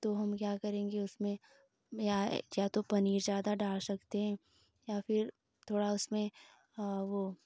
तो हम क्या करेंगे उसमें में आई या तो पनीर ज़्यादा डाल सकते हैं या फिर थोड़ा उसमें वो